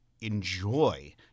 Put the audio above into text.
enjoy